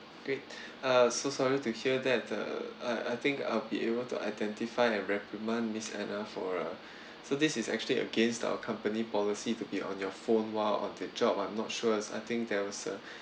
great uh so sorry to hear that uh I I think I'll be able to identify and reprimand miss anna for ah so this is actually against our company policy to be on your phone while on the job I'm not sure I think there was a